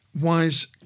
wise